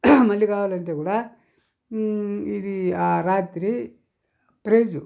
మళ్ళీ కావాలంటే కూడా ఇది ఆ రాత్రి ప్రైజు